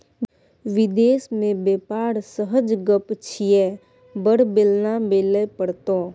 विदेश मे बेपार सहज गप छियै बड़ बेलना बेलय पड़तौ